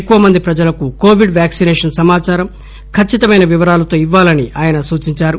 ఎక్కువ మంది ప్రజలకు కోవిడ్ వ్యాక్పినేషన్ సమాచారం ఖచ్చితమైన వివరాలతో ఇవ్వాలని ఆయన సూచించారు